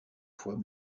fois